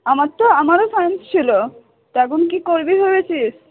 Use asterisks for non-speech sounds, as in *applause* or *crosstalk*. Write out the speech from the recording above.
আমার তো আমারও সায়েন্স ছিল *unintelligible* এখন কী করবি ভেবেছিস